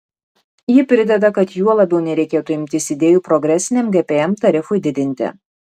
ji prideda kad juo labiau nereikėtų imtis idėjų progresiniam gpm tarifui didinti